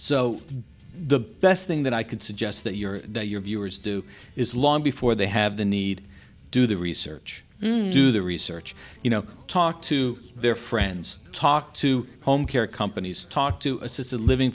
so the best thing that i could suggest that your that your viewers do is long before they have the need do the research do the research you know talk to their friends talk to home care companies talk to assisted living